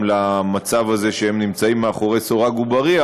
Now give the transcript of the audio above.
למצב הזה שהם נמצאים מאחורי סורג ובריח.